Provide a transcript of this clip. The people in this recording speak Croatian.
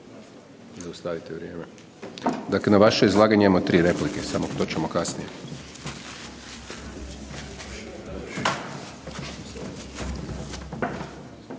predstavnika Vlade. Dakle na vaše izlaganje imamo tri replike, to ćemo kasnije.